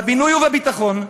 בבינוי ובביטחון,